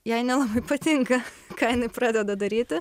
jai nelabai patinka ką jinai pradeda daryti